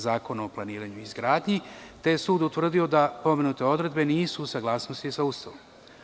Zakona o planiranju i izgradnji, te je sud utvrdio da pomenute odredbe nisu u saglasnosti sa Ustavom.